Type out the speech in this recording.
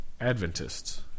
Adventists